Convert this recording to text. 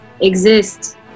exist